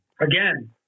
again